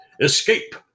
escape